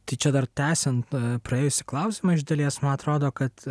tai čia dar tęsiant praėjusį klausimą iš dalies man atrodo kad